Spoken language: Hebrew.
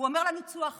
הוא אומר לנו: צאו החוצה.